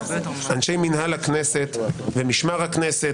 אנשי מנהל הכנסת ומשמר הכנסת,